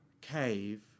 cave